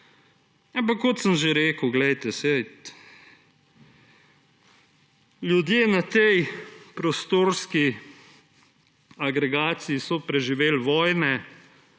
Ampak kot sem že rekel, glejte, saj ljudje na tej prostorski agregaciji so preživeli vojne,